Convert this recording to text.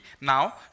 now